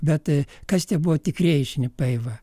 bet kas tie buvo tikrieji šnipai va